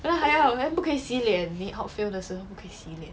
then 还要 then 不可以洗脸你 out field 的时候不可以洗脸